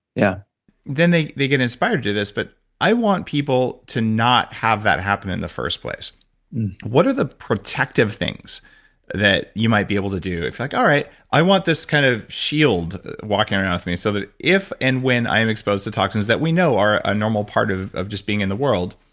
yeah then they they get inspired to do this. but i want people to not have that happen in the first place what are the protective things that you might be able to do? it's like, all right, i want this kind of shield walking around with me so that if and when i am exposed to toxins, that we know are a normal part of of just being in the world,